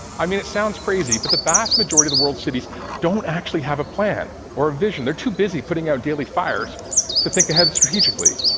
i mean, it sounds crazy, but the vast majority of world cities don't actually have a plan or a vision. they're too busy putting out daily fires to think ahead strategically.